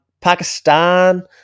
Pakistan